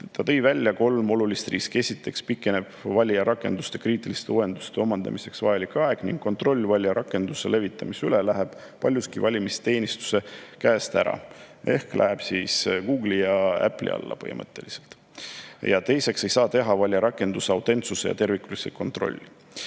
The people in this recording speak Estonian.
Ta tõi välja kolm olulist riski. Esiteks pikeneb valijarakenduse kriitiliste uuenduste omandamiseks vajalik aeg ning kontroll valijarakenduse levitamise üle läheb paljuski valimisteenistuse käest ära ehk läheb põhimõtteliselt Google'i ja Apple'i alla. Teiseks ei saa teha valijarakenduse autentsuse ja terviklikkuse kontrolli.